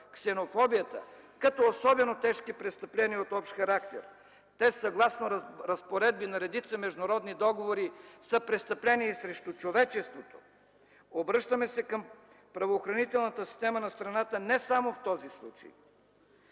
ксенофобията, като особено тежки престъпления от общ характер. Те, съгласно разпоредби на редица международни договори, са престъпления и срещу човечеството. Обръщаме се към правоохранителната система на страната не само в този случай